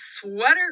sweater